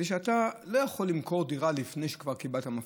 שאתה לא יכול למכור דירה לפני שקיבלת מפתח.